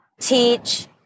teach